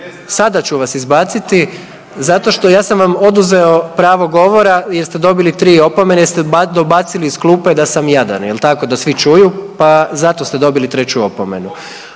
Sada ću vas izbaciti zato što, ja sam vam oduzeo pravo govora jer ste dobili 3 opomene jer ste dobacili iz klupe da sam jadan, je li tako, da svi čuju pa zato ste dobili 3. opomenu.